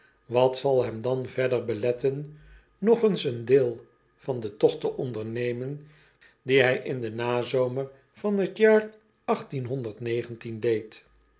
wat zal hem dan verder beletten nog eens een deel van den togt te ondernemen dien hij in den nazomer van het jaar deed